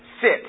sit